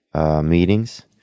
meetings